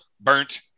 burnt